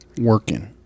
working